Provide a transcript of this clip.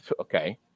okay